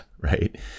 Right